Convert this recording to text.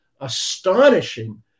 astonishing